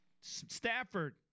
Stafford